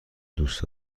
دوست